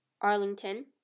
Arlington